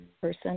person